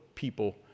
people